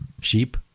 Sheep